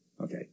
Okay